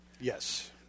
Yes